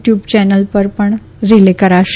tube channel ઉપરથી પણ રીલે કરાશે